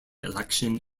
election